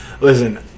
Listen